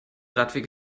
radweg